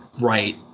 right